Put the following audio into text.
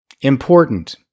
Important